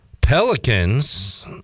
Pelicans